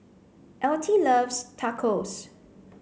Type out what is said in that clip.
Altie loves Tacos